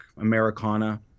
Americana